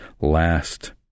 last